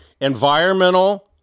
Environmental